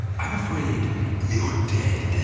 i'm afraid you're dead.